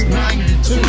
92